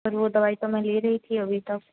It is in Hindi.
पर वो दवाई तो मैं ले रही थी अभी तक